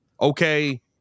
Okay